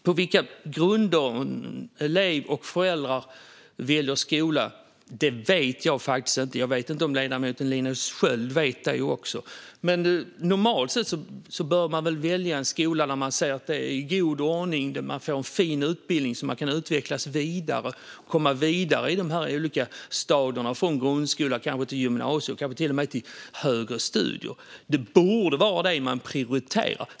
På vilka grunder elever och föräldrar väljer skola vet jag faktiskt inte. Jag vet inte om ledamoten Linus Sköld vet det heller, men normalt sett väljer man en skola där man ser att det är god ordning och där man får en fin utbildning så att man kan utvecklas och komma vidare i de olika stadierna, från grundskolan och kanske till gymnasiet och till och med högre studier. Det borde vara detta man prioriterar.